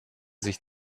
sich